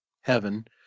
heaven